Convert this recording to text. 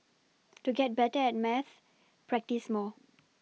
to get better at maths practise more